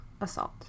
assault